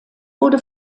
wurde